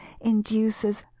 induces